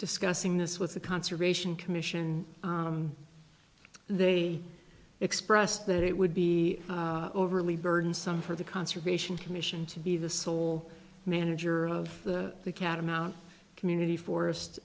discussing this with the conservation commission they expressed that it would be overly burdensome for the conservation commission to be the sole manager of the catamount community forest